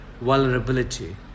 vulnerability